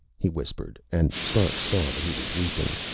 he whispered, and stark saw that he was weeping.